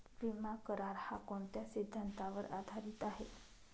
विमा करार, हा कोणत्या सिद्धांतावर आधारीत आहे?